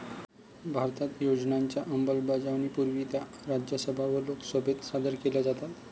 भारतात योजनांच्या अंमलबजावणीपूर्वी त्या राज्यसभा व लोकसभेत सादर केल्या जातात